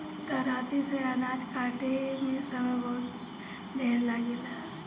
दराँती से अनाज काटे में समय बहुत ढेर लागेला